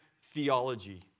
theology